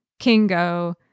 Kingo